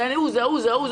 זה ההוא.